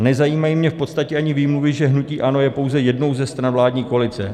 Nezajímají mě v podstatě ani výmluvy, že hnutí ANO je pouze jednou ze stran vládní koalice.